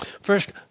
First